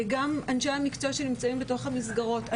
גם אנשי המקצוע שנמצאים בתוך המסגרות.